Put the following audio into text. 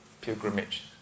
pilgrimage